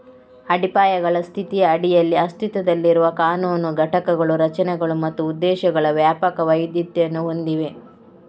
ಅಡಿಪಾಯಗಳ ಸ್ಥಿತಿಯ ಅಡಿಯಲ್ಲಿ ಅಸ್ತಿತ್ವದಲ್ಲಿರುವ ಕಾನೂನು ಘಟಕಗಳು ರಚನೆಗಳು ಮತ್ತು ಉದ್ದೇಶಗಳ ವ್ಯಾಪಕ ವೈವಿಧ್ಯತೆಯನ್ನು ಹೊಂದಿವೆ